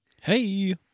Hey